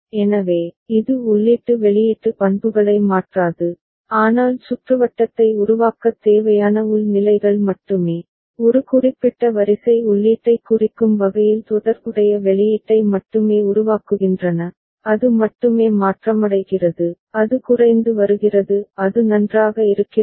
எனவே இது உள்ளீட்டு வெளியீட்டு பண்புகளை மாற்றாது ஆனால் சுற்றுவட்டத்தை உருவாக்கத் தேவையான உள் நிலைகள் மட்டுமே ஒரு குறிப்பிட்ட வரிசை உள்ளீட்டைக் குறிக்கும் வகையில் தொடர்புடைய வெளியீட்டை மட்டுமே உருவாக்குகின்றன அது மட்டுமே மாற்றமடைகிறது அது குறைந்து வருகிறது அது நன்றாக இருக்கிறதா